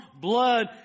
blood